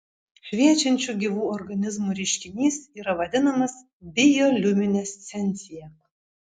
šviečiančių gyvų organizmų reiškinys yra vadinamas bioliuminescencija